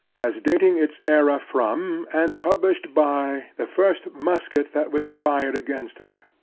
as dating its era from, and published by, the first musket that was fired against her.